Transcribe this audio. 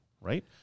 right